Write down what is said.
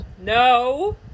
No